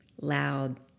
Loud